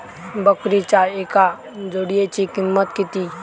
बकरीच्या एका जोडयेची किंमत किती?